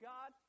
God